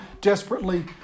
desperately